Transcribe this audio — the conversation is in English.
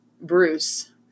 Bruce